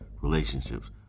relationships